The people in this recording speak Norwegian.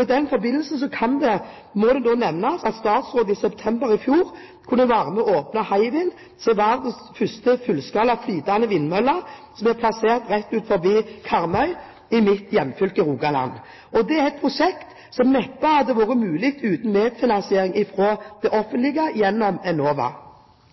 I den forbindelse må det nevnes at statsråden i september i fjor kunne være med og åpne Hywind – verdens første fullskala flytende vindmølle, som er plassert rett utenfor Karmøy i mitt hjemfylke, Rogaland. Det er et prosjekt som neppe hadde vært mulig uten medfinansiering fra det offentlige gjennom Enova.